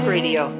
Radio